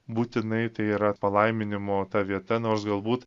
būtinai tai yra palaiminimo ta vieta nors galbūt